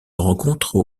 rencontrent